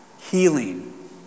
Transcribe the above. Healing